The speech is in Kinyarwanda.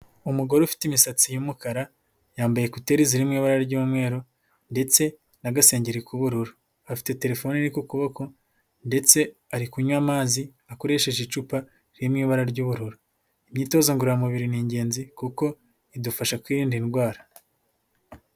Umugore ufite imisatsi y'umukara, yambaye ekuteri ziri mu ibara ry'umweru ndetse n'agasengeri k'ubururu, afite terefone iri ku kuboko ndetse ari kunywa amazi akoresheje icupa riri mu ibara ry'ubururu, imyitozo ngoramubiri ni ingenzi kuko idufasha kwirinda indwara.